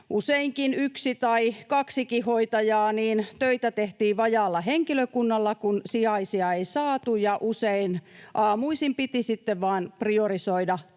useinkin yksi tai kaksikin hoitajaa, niin töitä tehtiin vajaalla henkilökunnalla, kun sijaisia ei saatu, ja usein aamuisin piti sitten vain priorisoida töitä